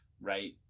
right